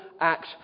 act